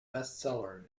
bestseller